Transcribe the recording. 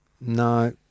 No